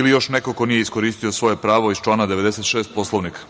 ili još neko ko nije iskoristio svoje pravo iz člana 96. Poslovnika?